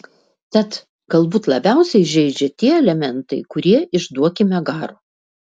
tad galbūt labiausiai žeidžia tie elementai kurie iš duokime garo